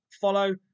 follow